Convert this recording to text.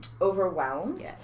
overwhelmed